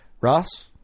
Ross